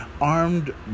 armed